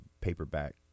paperback